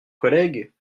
collègues